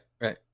right